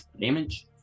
damage